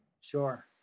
sure